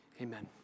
Amen